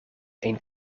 een